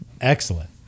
Excellent